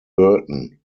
burton